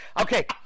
Okay